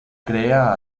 crea